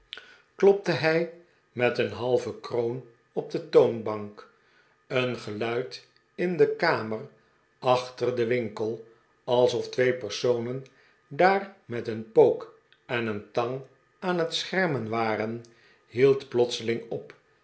klopte hij met een halve kroon op de toonbank een geluid in de kamer achter den winkel alsof twee personen daar met een pook en een tang aan het schermen waren hield plotseling op